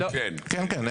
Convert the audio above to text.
כן, כן.